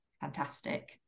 fantastic